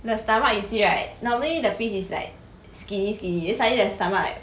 the stomach you see right normally the fish is like skinny skinny then suddenly the stomach like